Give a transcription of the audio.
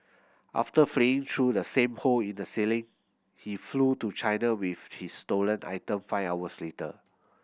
after fleeing through the same hole in the ceiling he flew to China with his stolen item five hours later